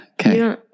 Okay